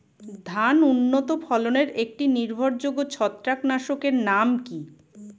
ধান উন্নত ফলনে একটি নির্ভরযোগ্য ছত্রাকনাশক এর নাম কি?